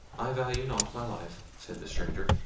i value not my life, said the stranger,